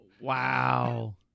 Wow